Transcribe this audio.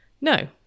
No